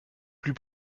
plus